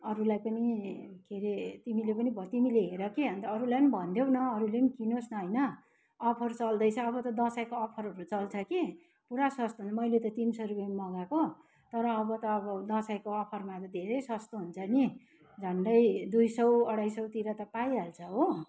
अरूलाई पनि के रे तिमीले पनि भयो तिमीले हेर कि अन्त अरूलाई भनिदेऊ न अरूले किनोस् न होइन अफर चल्दैछ अब त दसैँको अफरहरू चल्छ कि पूरा सस्तो मैले त तिन सय रुपेमा मगाएको तर अब त अब दसैँको अफरमा अब धेरै सस्तो हुन्छ नि झन्डै दुई सय अढाई सयतिर त पाइहाल्छ हो